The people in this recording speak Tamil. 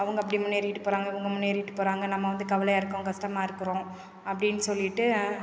அவங்க அப்படி முன்னேறிக்கிட்டு போகிறாங்க இவங்க முன்னேறிக்கிட்டு போகிறாங்க நம்ம வந்து கவலையாக இருக்கோம் கஷ்டமாக இருக்கிறோம் அப்படின் சொல்லிவிட்டு